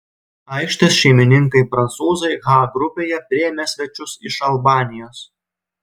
aikštės šeimininkai prancūzai h grupėje priėmė svečius iš albanijos